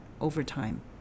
overtime